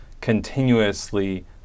continuously